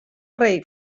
rei